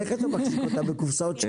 איך אתה מחזיק אותם, בקופסאות שימורים?